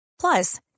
Plus